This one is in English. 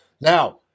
Now